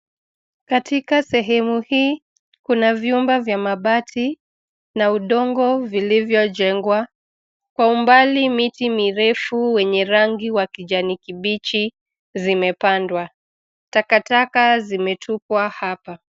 Katika sehemu hii, kuna vyumba vya mabati, na udongo vilivyojengwa. Kwa umbali miti mirefu wenye rangi wa kijani kibichi zimepandwa. Takataka zimetupwa hapa.